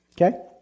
okay